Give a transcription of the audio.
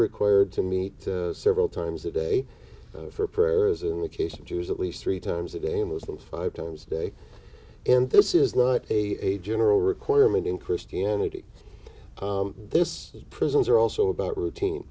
required to meet several times a day for prayer as in the case of jews at least three times a day muslims five times a day and this is not a general requirement in christianity this is prisons are also about routine